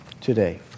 today